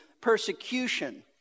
persecution